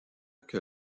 que